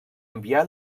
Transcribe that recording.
enviar